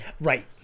Right